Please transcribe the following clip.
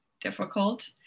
difficult